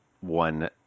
one